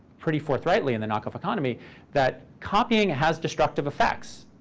pretty forthrightly in the knockoff economy that copying has destructive effects.